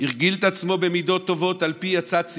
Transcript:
והרגיל את עצמו במידות טובות על פי עצת שכלו,